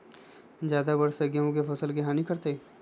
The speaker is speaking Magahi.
ज्यादा वर्षा गेंहू के फसल के हानियों करतै?